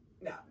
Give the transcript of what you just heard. no